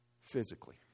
physically